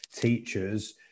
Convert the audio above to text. teachers